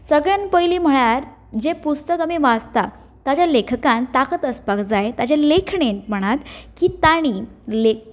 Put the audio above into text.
सगळ्यांत पयलीं म्हणल्यार जें पुस्तक आमी वाचतात ताचे लेखकांत ताकत आसपाक जाय ताचे लेखणेंत म्हणात की तांणीं लेख